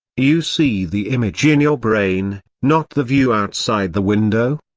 you see the image in your brain, not the view outside the window.